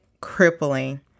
crippling